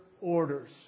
orders